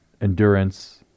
endurance